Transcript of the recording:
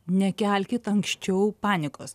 nekelkit anksčiau panikos